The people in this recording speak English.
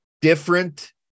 different